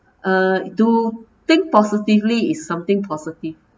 uh to think positively is something positive